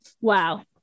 Wow